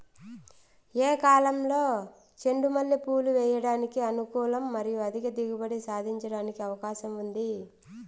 ఏ కాలంలో చెండు మల్లె పూలు వేయడానికి అనుకూలం మరియు అధిక దిగుబడి సాధించడానికి అవకాశం ఉంది?